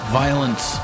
violence